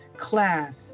class